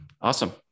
Awesome